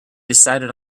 decided